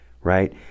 right